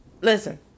Listen